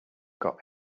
got